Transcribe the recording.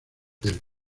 del